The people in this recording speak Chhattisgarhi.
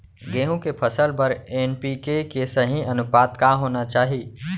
गेहूँ के फसल बर एन.पी.के के सही अनुपात का होना चाही?